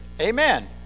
amen